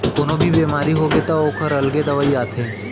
कोनो भी बेमारी होगे त ओखर अलगे दवई आथे